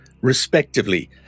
respectively